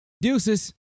Deuces